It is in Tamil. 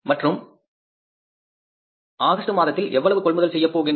மற்றும் ஆகஸ்ட் மாதத்தில் எவ்வளவு கொள்முதல் செய்யப் போகின்றோம்